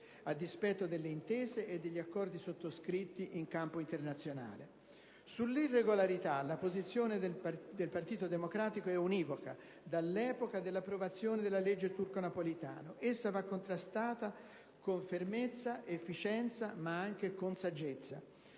a dispetto delle intese e degli accordi sottoscritti in campo internazionale. Sull'irregolarità la posizione del Partito Democratico è univoca, dall'epoca dell'approvazione della legge Turco-Napolitano. Essa va contrastata con fermezza ed efficienza, ma anche con saggezza.